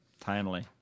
Timely